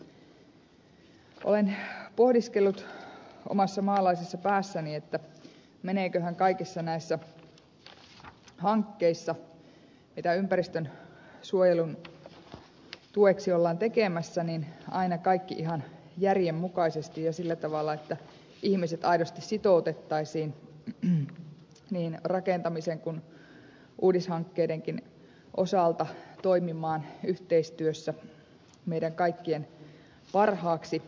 olen pohdiskellut omassa maalaisessa päässäni meneeköhän kaikissa näissä hankkeissa mitä ympäristönsuojelun tueksi ollaan tekemässä aina kaikki ihan järjen mukaisesti ja sillä tavalla että ihmiset aidosti sitoutettaisiin niin rakentamisen kuin uudishankkeidenkin osalta toimimaan yhteistyössä meidän kaikkien parhaaksi